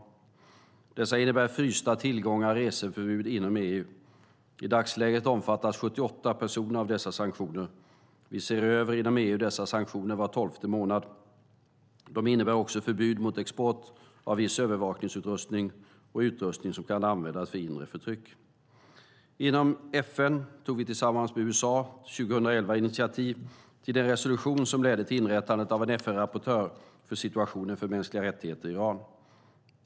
Sanktionerna innebär frysta tillgångar och reseförbud inom EU. I dagsläget omfattas 78 personer av dem. Vi ser inom EU över dessa sanktioner var tolfte månad. De innebär också förbud mot export av viss övervakningsutrustning och utrustning som kan användas för inre förtryck. Inom FN tog vi tillsammans med USA 2011 initiativ till den resolution som ledde till inrättandet av en FN-rapportör för situationen för mänskliga rättigheter i Iran.